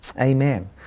Amen